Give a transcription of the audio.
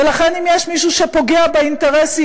ולכן, אם יש מישהו שפוגע באינטרסים,